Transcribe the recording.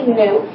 new